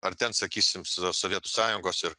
ar ten sakysim so sovietų sąjungos ir